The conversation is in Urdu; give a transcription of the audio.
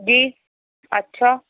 جی اچھا